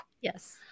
Yes